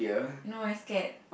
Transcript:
no I scared